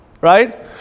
Right